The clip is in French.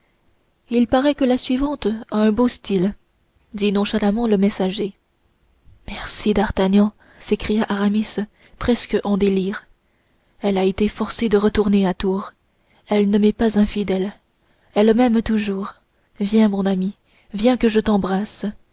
il paraît que la suivante à un beau style dit nonchalamment le messager merci d'artagnan s'écria aramis presque en délire elle a été forcée de retourner à tours elle ne m'est pas infidèle elle m'aime toujours viens mon ami viens que je t'embrasse